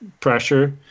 pressure